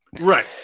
right